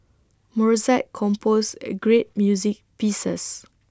Mozart composed A great music pieces